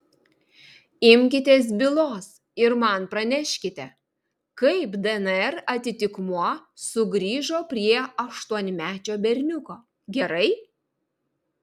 imkitės bylos ir man praneškite kaip dnr atitikmuo sugrįžo prie aštuonmečio berniuko gerai